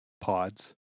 pods